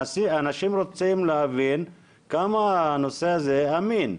אנשים רוצים להבין כמה הנושא הזה אמין.